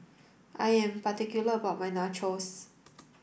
I am particular about my Nachos